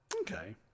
Okay